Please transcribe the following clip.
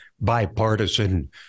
bipartisan